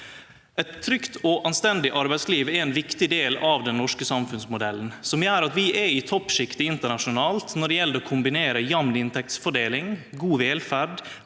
Eit trygt og anstendig arbeidsliv er ein viktig del av den norske samfunnsmodellen, som gjer at vi er i toppsjiktet internasjonalt når det gjeld å kombinere jamn inntektsfordeling, god velferd,